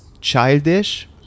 childish